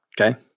Okay